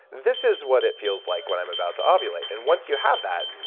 this is what it feels like when i'm about to ovulate. and once you have that,